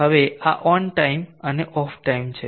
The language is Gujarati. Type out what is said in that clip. હવે આ ઓન ટાઇમ અને ઓફ ટાઇમ છે